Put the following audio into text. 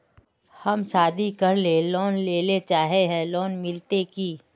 हम शादी करले लोन लेले चाहे है लोन मिलते की?